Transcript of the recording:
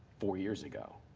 four years ago.